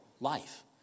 life